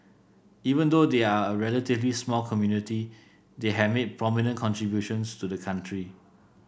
even though they are a relatively small community they have made prominent contributions to the country